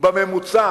בממוצע